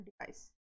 device